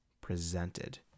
presented